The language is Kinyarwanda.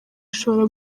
ishobora